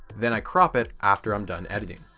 then cropping after i'm done editing.